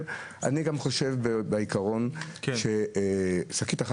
מאיפה הגענו אז להבדיל בין החנויות הגדולות לאלה קטנות